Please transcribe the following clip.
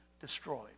destroyed